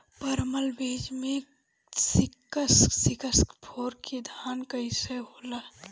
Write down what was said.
परमल बीज मे सिक्स सिक्स फोर के धान कईसन होला?